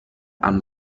amb